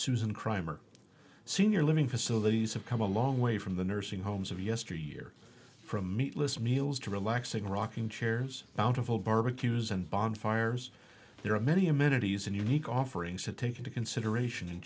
susan crime or senior living facilities have come a long way from the nursing homes of yesteryear from meatless meals to relaxing rocking chairs bountiful barbecues and bonfires there are many amenities and unique offerings to take into consideration in